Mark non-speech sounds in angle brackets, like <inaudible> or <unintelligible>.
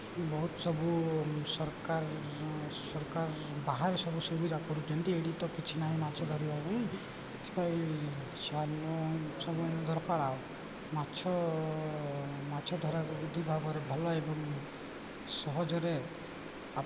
ବହୁତ ସବୁ ସରକାର ସରକାର ବାହାରେ ସବୁ ସୁବିଧା କରୁଛନ୍ତି ଏଠି ତ କିଛି ନାହିଁ ମାଛ ଧରିବା ପାଇଁ ସେଥିପାଇଁ <unintelligible> ଦରକାର ଆଉ ମାଛ ମାଛ ଧରାକୁ ବୃଦ୍ଧି ଭାବରେ ଭଲ ଏବଂ ସହଜରେ